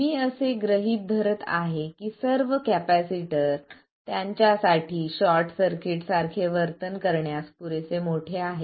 मी असे गृहीत धरत आहे की सर्व कॅपेसिटर त्यांच्यासाठी शॉर्ट सर्किट्ससारखे वर्तन करण्यास पुरेसे मोठे आहेत